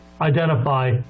identify